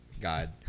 God